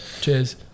cheers